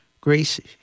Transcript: Gracie